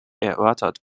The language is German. erörtert